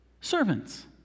Servants